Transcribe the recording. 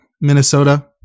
Minnesota